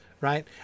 right